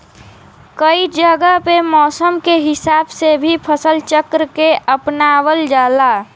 कई जगह पे मौसम के हिसाब से भी फसल चक्र के अपनावल जाला